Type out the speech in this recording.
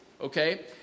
okay